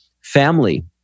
family